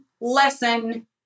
lesson